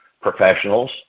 professionals